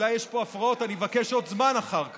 אולי יש פה הפרעות, ואני אבקש עוד זמן אחר כך.